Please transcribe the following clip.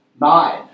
Nine